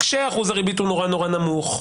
כשאחוז הריבית הוא נורא נורא נמוך,